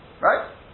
Right